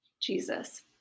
Jesus